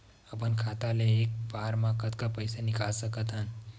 अपन खाता ले एक बार मा कतका पईसा निकाल सकत हन?